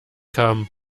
kam